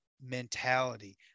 mentality